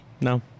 No